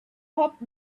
hope